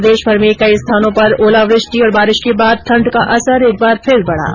प्रदेशभर में कई स्थानों पर ओलावृष्टि और बारिश के बाद ठण्ड का असर एक बार फिर बढ़ा